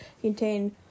contain